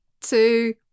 two